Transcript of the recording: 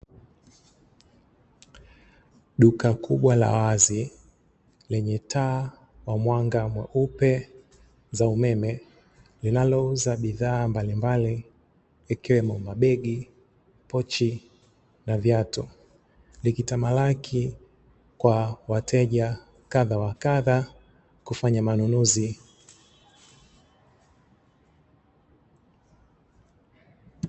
Duka kubwa la wazi lenye taa wa mwanga mweupe za umeme linalouza bidhaa mbalimbali ikiwemo mabegi, pochi na viatu, likitamalaki kwa wateja kadha wa kadha kufanya manunuzi.